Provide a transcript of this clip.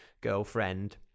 girlfriend